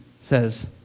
says